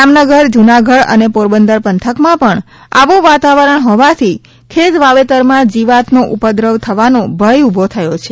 જામનગર જુનાગઢ અને પોરબંદર પંથક માં પણ આવું વાતાવરણ હોવાથી ખેત વાવેતર માં જીવાત નો ઉપદ્રવ થવાનો ભય ઊભો થયો છે